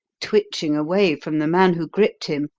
twitching away from the man who gripped him,